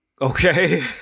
okay